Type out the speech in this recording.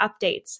updates